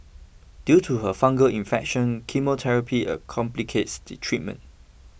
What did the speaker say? due to her fungal infection chemotherapy complicates the treatment